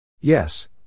Yes